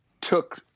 took